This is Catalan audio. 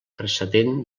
precedent